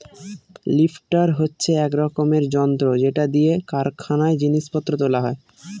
lifter হচ্ছে এক রকমের যন্ত্র যেটা দিয়ে কারখানায় জিনিস পত্র তোলা হয়